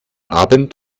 abend